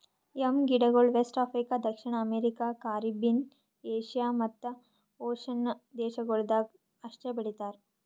M ಗಿಡಗೊಳ್ West Africa, ದಕ್ಷಿಣ America, Caribbean, Asia ಮತ್ತ್ ಓಷನ್ನ ದೇಶಗೊಳ್ದಾಗ್ ಅಷ್ಟೆ ಬೆಳಿತಾರ್